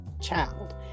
child